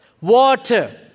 Water